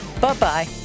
Bye-bye